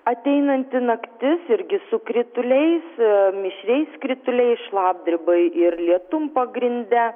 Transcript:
ateinanti naktis irgi su krituliais mišriais krituliais šlapdribai ir lietum pagrindę